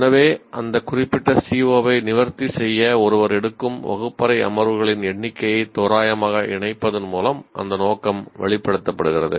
எனவே அந்த குறிப்பிட்ட CO ஐ நிவர்த்தி செய்ய ஒருவர் எடுக்கும் வகுப்பறை அமர்வுகளின் எண்ணிக்கையை தோராயமாக இணைப்பதன் மூலம் அந்த நோக்கம் வெளிப்படுத்தப்ப டுகிறது